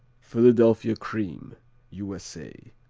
philadelphia cream u s a.